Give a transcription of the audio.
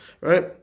right